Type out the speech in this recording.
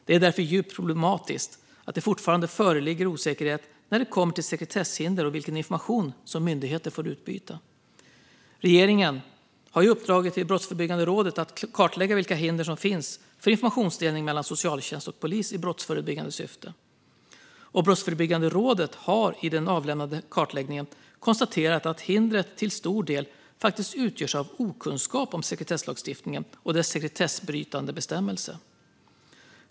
Det är därför djupt problematiskt att det fortfarande föreligger osäkerhet när det kommer till sekretesshinder och vilken information som myndigheter får utbyta. Regeringen har uppdragit till Brottsförebyggande rådet att kartlägga vilka hinder som finns för informationsdelning mellan socialtjänst och polis i brottsförebyggande syfte. Brottförebyggande rådet har i den avlämnade kartläggningen konstaterat att hindret till stor del utgörs av okunskap om sekretesslagstiftningen och dess sekretessbrytande bestämmelse.